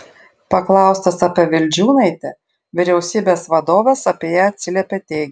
paklaustas apie vildžiūnaitę vyriausybės vadovas apie ją atsiliepė teigiamai